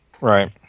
Right